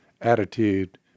attitude